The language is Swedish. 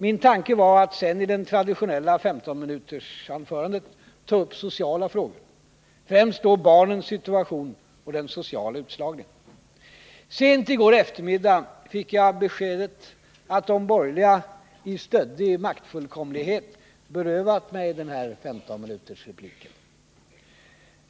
Min tanke var att sedan i det traditionella 15-minutersanförandet ta upp sociala frågor, främst barnens situation och den sociala utslagningen. Sent i går eftermiddag fick jag det beskedet att de borgerliga i stöddig maktfullkomlighet hade berövat mig denna 15-minutersreplik.